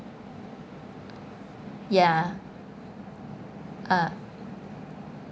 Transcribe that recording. ya ah